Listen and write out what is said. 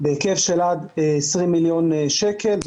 --- בהיקף של עד 20 מיליון שקל.